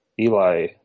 Eli